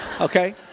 okay